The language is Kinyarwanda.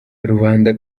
rubanda